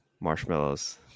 marshmallows